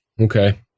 Okay